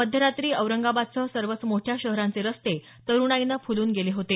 मध्यरात्री औरंगाबादसह सर्वच मोठ्या शहरांचे रस्ते तरुणाईनं फुलून गेले होते